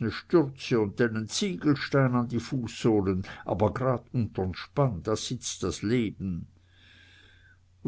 ne stürze un denn n ziegelstein an die fußsohlen aber grad untern spann da sitzt das leben